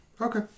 Okay